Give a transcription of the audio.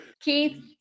Keith